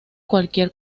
cualquier